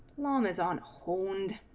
one um is on hold and